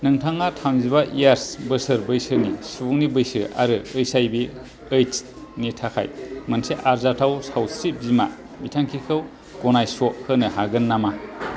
नोंथाङा थामजिबा इयार्स बोसोर बैसोनि सुबुंनि बैसो आरो ओइत्सआइभि एड्स नि थाखाय मोनसे आरजाथाव सावस्रि बीमा बिथांखिखौ गनायस' होनो हागोन नामा